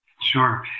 Sure